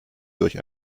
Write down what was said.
durch